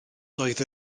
doedd